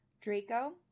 Draco